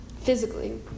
physically